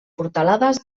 portalades